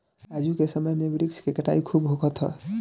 आजू के समय में वृक्ष के कटाई खूब होखत हअ